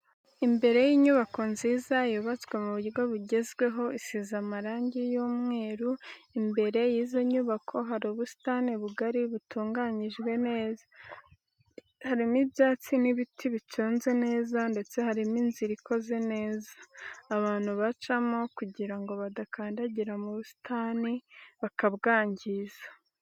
Imbere y'inyubako nziza yubatswe mu buryo bugezweho isize amarangi y'umweru, imbere y'izo nyubako hari ubusitani bugari butunganyijwe neza, harimo ibyatsi n'ibiti biconze neza ndetse harimo inzira ikoze neza abantu bacamo kugira ngo badakandagira mu busitani bakabwangiza.